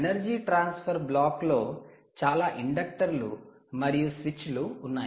energy transfer block లో చాలా ఇండక్టర్లు మరియు స్విచ్లు ఉన్నాయి